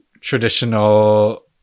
traditional